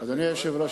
אדוני היושב-ראש,